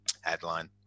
headline